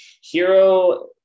hero